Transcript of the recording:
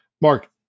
Mark